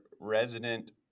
resident